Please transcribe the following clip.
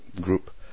group